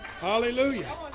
hallelujah